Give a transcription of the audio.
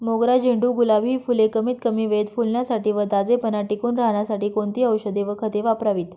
मोगरा, झेंडू, गुलाब हि फूले कमीत कमी वेळेत फुलण्यासाठी व ताजेपणा टिकून राहण्यासाठी कोणती औषधे व खते वापरावीत?